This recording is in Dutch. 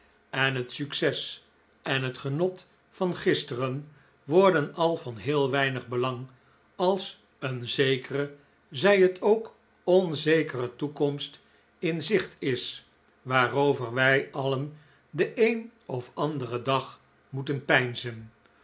en het succes en het genot van gisteren worden al van heel weinig belang als een zekere zij het ook onzekere toekomst in zicht is waarover wij alien den een of anderen dag moeten peinzen